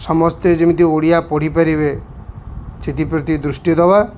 ସମସ୍ତେ ଯେମିତି ଓଡ଼ିଆ ପଢ଼ିପାରିବେ ସେଥିପ୍ରତି ଦୃଷ୍ଟି ଦେବା